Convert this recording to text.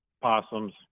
possums